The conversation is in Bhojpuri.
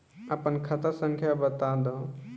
आपन खाता संख्या बताद